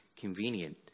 convenient